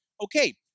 Okay